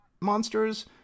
monsters